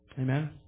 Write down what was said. Amen